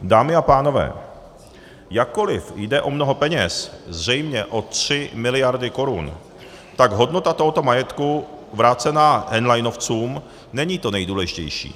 Dámy a pánové, jakkoliv jde o mnoho peněz, zřejmě o tři miliardy korun, tak hodnota tohoto majetku vrácená henleinovcům není to nejdůležitější.